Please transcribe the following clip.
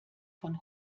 von